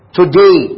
today